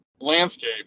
landscape